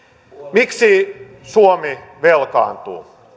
miksi suomi velkaantuu